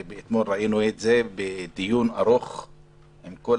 ואתמול ראינו את זה בדיון ארוך עם כל